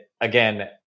again